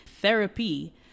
therapy